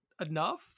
Enough